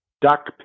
duck